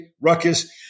Ruckus